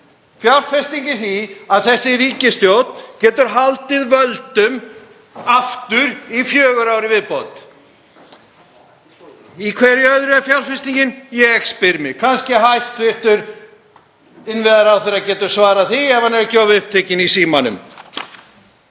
fjárfesting í því að þessi ríkisstjórn getur haldið völdum í fjögur ár í viðbót. Í hverju öðru er fjárfestingin? Ég spyr mig. Kannski hæstv. innviðaráðherra geti svarað því ef hann er ekki of upptekinn í símanum.